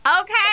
Okay